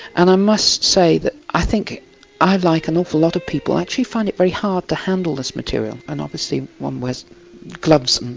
and i must say that i think i, like an awful lot of people, actually find it very hard to handle this material. and obviously one wears gloves